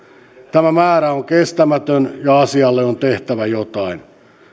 tämä määrä on kestämätön ja asialle on tehtävä jotain